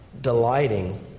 delighting